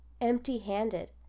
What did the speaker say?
empty-handed